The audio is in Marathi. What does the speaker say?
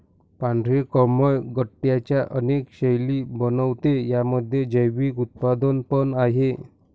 पांढरे कमळ गट्ट्यांच्या अनेक शैली बनवते, यामध्ये जैविक उत्पादन पण आहे